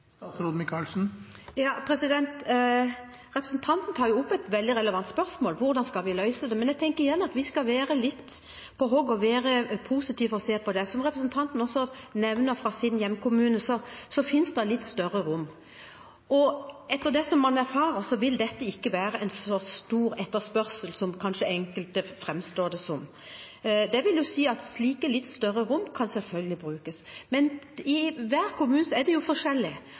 Representanten tar opp et veldig relevant spørsmål – hvordan vi skal løse det. Jeg tenker igjen at vi skal være litt på hugget og være positive og se på det. Som representanten også nevner fra sin hjemkommune, finnes det litt større rom. Og etter det man erfarer, vil det ikke være en så stor etterspørsel som enkelte kanskje framstiller det som. Det vil jo si at slike litt større rom selvfølgelig kan brukes, men det er forskjellig fra kommune til kommune. Jeg ser selvfølgelig at det